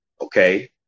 okay